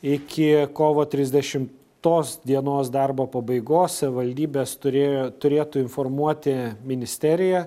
iki kovo trisdešim tos dienos darbo pabaigos savivaldybės turėjo turėtų informuoti ministeriją